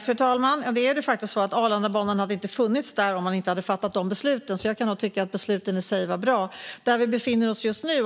Fru talman! Det är de facto så att Arlandabanan inte hade funnits där om man inte hade fattat de besluten. Jag kan nog tycka att besluten i sig var bra.